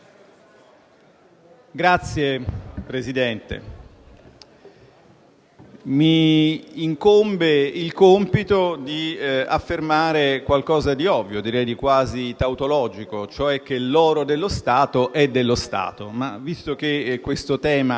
Signor Presidente, mi incombe il compito di affermare qualcosa di ovvio, direi quasi di tautologico, cioè che l'oro dello Stato è dello Stato, ma visto che questo tema,